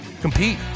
compete